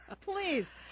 Please